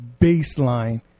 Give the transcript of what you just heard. baseline